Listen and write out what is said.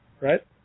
Right